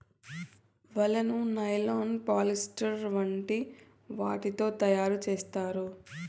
వలను nylon, polyester వంటి వాటితో తయారు చేత్తారు